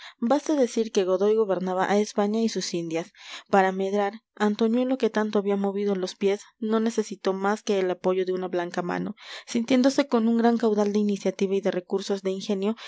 cambió baste decir que godoy gobernaba a españa y sus indias para medrar antoñuelo que tanto había movido los pies no necesitó más que el apoyo de una blanca mano sintiéndose con un gran caudal de iniciativa y de recursos de ingenio